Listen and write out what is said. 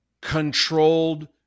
controlled